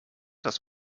das